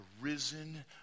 risen